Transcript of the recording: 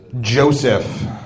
Joseph